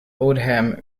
oldham